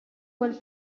quel